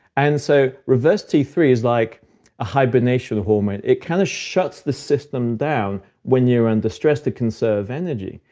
and so reverse t three is like a hibernation hormone. it kind of shuts the system down when you're under stress to conserve energy.